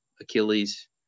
Achilles